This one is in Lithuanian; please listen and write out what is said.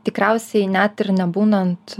tikriausiai net ir nebūnant